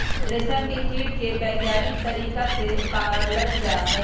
रेशम के कीट के वैज्ञानिक तरीका से पाला जाहई